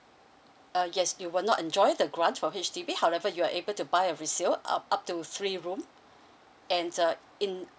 uh yes you will not enjoy the grant for H_D_B however you are able to buy a resale up up to three room and uh in